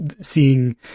seeing